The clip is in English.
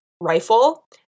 rifle